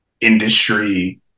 industry